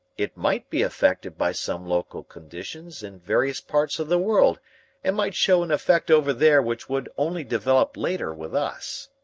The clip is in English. it might be affected by some local conditions in various parts of the world and might show an effect over there which would only develop later with us.